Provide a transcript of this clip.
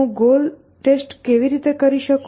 હું goal test કેવી રીતે કરી શકું